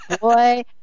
Boy